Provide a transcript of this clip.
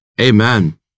Amen